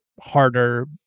harder